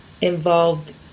involved